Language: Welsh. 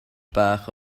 bach